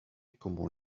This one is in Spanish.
como